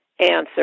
answer